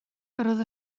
roedd